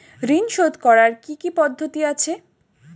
ঋন শোধ করার কি কি পদ্ধতি আছে?